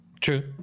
true